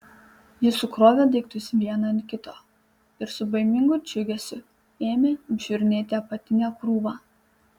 ji sukrovė daiktus vieną ant kito ir su baimingu džiugesiu ėmė apžiūrinėti apatinę krūvą